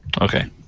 Okay